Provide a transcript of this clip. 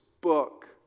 book